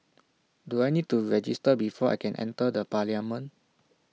do I need to register before I can enter the parliament